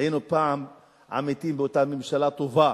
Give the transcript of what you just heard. היינו פעם עמיתים באותה ממשלה טובה,